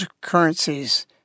currencies